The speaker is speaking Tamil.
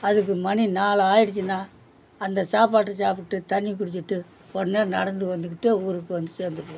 அதுக்கு மணி நாலு ஆகிடுச்சின்னா அந்த சாப்பாட்டு சாப்பிட்டு தண்ணி குடிச்சுட்டு உடனே நடந்து வந்துக்கிட்டு ஊருக்கு வந்து சேர்ந்துருவோம்